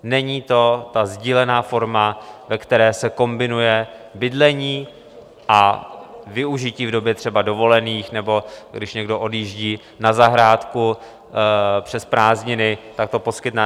Není to ta sdílená forma, ve které se kombinuje bydlení a využití třeba v době dovolených nebo když někdo odjíždí na zahrádku přes prázdniny, tak to poskytne.